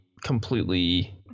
completely